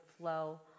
flow